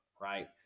right